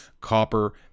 copper